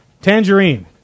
tangerine